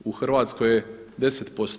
U Hrvatskoj je 10%